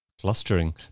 Clustering